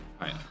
Right